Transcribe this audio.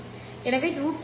ஏனெனில் Ts Tp